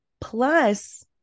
plus